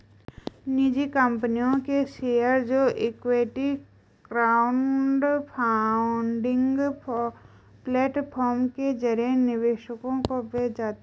निजी कंपनियों के शेयर जो इक्विटी क्राउडफंडिंग प्लेटफॉर्म के जरिए निवेशकों को बेचे जाते हैं